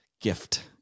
gift